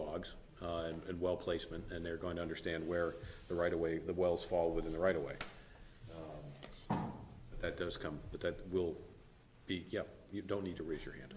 logs and well placement and they're going to understand where the right away the wells fall within the right away that does come but that will be yes you don't need to raise your hand